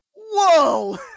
Whoa